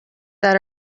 that